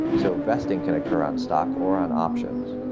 so vesting can occur on stock, or on options.